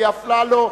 אלי אפללו,